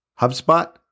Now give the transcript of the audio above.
HubSpot